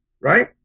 right